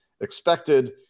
expected